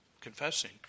confessing